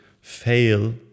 fail